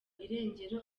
irengero